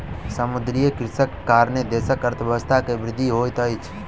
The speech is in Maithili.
समुद्रीय कृषिक कारणेँ देशक अर्थव्यवस्था के वृद्धि होइत अछि